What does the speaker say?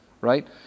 Right